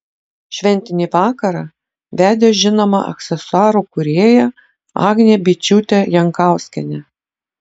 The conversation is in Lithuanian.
šventinį vakarą vedė žinoma aksesuarų kūrėja agnė byčiūtė jankauskienė